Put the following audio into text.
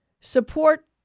support